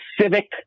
civic